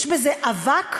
יש בזה אבק,